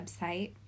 website